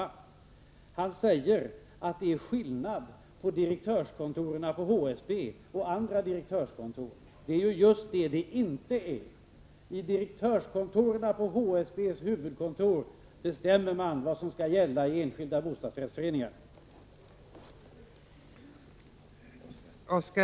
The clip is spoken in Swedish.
Oskar Lindkvist säger att det är skillnad på direktörskontoren på HSB och andra direktörskontor. Det är ju just det som inte är fallet. I direktörsrummen på HSB:s huvudkontor bestämmer man vad som skall gälla i enskilda bostadsrättsföreningar.